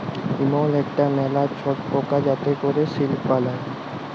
ইমল ইকটা ম্যালা ছট পকা যাতে ক্যরে সিল্ক বালাই